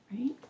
right